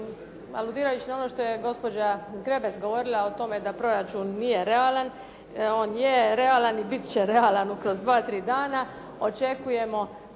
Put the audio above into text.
aludirajući na ono što je gospođa Zgrebec govorila o tome da proračun nije realan. On je realan i bit će realan kroz dva,